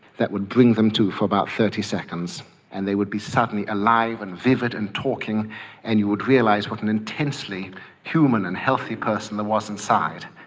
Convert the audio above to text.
that would bring them to for about thirty seconds and they would be suddenly alive and vivid and talking and you would realise what an intensely human and healthy person there was inside,